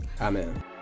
amen